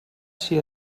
sia